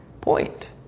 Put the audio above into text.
point